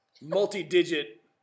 multi-digit